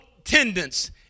attendance